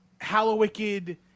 Hallowicked